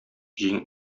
җиң